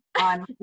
on